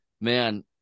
man